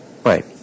Right